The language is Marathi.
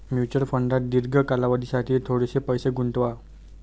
म्युच्युअल फंडात दीर्घ कालावधीसाठी थोडेसे पैसे गुंतवा